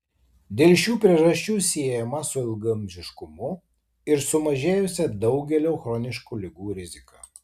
dėl šių priežasčių siejama su ilgaamžiškumu ir sumažėjusia daugelio chroniškų ligų rizika